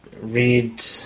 read